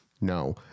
No